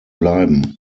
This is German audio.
bleiben